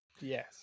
Yes